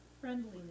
Friendliness